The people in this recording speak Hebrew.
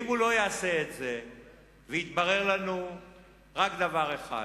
אם הוא לא יעשה את זה ויתברר לנו רק דבר אחד: